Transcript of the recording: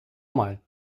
mal